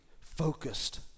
focused